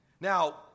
Now